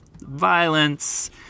violence